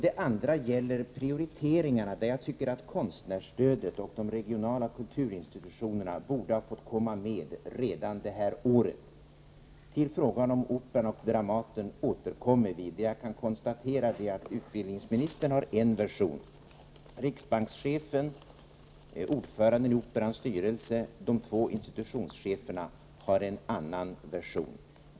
Den andra gäller prioriteringarna. Jag tycker att konstnärsstödet och de regionala kulturinstitutionerna borde ha fått komma med redan det här året. Till frågan om Operan och Dramaten återkommer vi. Det jag kan konstatera nu är att utbildningsministern har en version, medan riksbankschefen, ordföranden i Operans styrelse och de två institutionscheferna har en annan version.